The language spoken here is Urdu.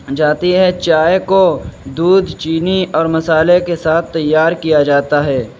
جاتی ہے چائے کو دودھ چینی اور مسالے کے ساتھ تیار کیا جاتا ہے